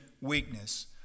weakness